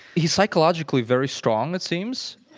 he's psychologically very strong, it seems.